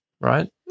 right